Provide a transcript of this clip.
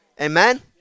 Amen